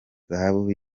zahabu